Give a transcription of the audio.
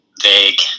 vague